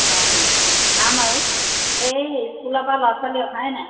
অঁ খাম আৰু এই স্কুলৰ পৰা ল'ৰা ছোৱালী অহাই নাই